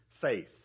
faith